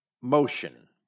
motion